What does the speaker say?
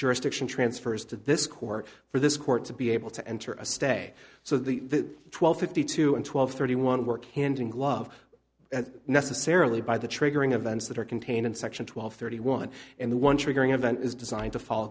jurisdiction transfers to this court for this court to be able to enter a stay so the twelve fifty two and twelve thirty one work hand in glove necessarily by the triggering events that are contained in section twelve thirty one and the one triggering event is designed to follow